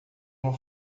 uma